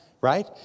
right